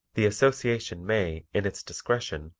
the association may, in its discretion,